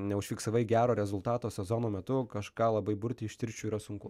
neužfiksavai gero rezultato sezono metu kažką labai burti iš tirščių yra sunku